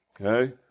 okay